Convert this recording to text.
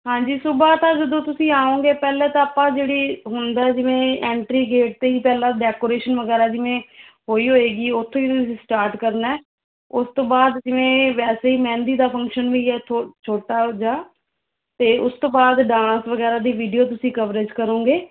ਹਾਂਜੀ ਸੁਬ੍ਹਾ ਤਾਂ ਜਦੋਂ ਤੁਸੀਂ ਆਓਂਗੇ ਪਹਿਲੇ ਤਾਂ ਆਪਾਂ ਜਿਹੜੀ ਹੁੰਦਾ ਜਿਵੇਂ ਐਂਟਰੀ ਗੇਟ 'ਤੇ ਹੀ ਪਹਿਲਾਂ ਡੈਕੋਰੇਸ਼ਨ ਵਗੈਰਾ ਜਿਵੇਂ ਹੋਈ ਹੋਏਗੀ ਓਥੋਂ ਹੀ ਤੁਸੀਂ ਸਟਾਟ ਕਰਨਾ ਹੈ ਓਸ ਤੋਂ ਬਾਦ ਜਿਵੇਂ ਵੈਸੇ ਹੀ ਮਹਿੰਦੀ ਦਾ ਫ਼ੰਕਸ਼ਨ ਵੀ ਹੈ ਥੋ ਛੋਟਾ ਜਿਆ ਅਤੇ ਉਸ ਤੋਂ ਬਾਅਦ ਡਾਂਸ ਵਗੈਰਾ ਦੀ ਵੀਡੀਓ ਤੁਸੀਂ ਕਵਰੇਜ ਕਰੋਂਗੇ